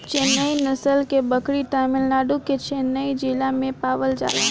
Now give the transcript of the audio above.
चेन्नई नस्ल के बकरी तमिलनाडु के चेन्नई जिला में पावल जाला